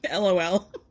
lol